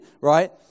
right